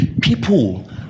people